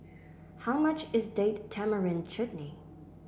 how much is Date Tamarind Chutney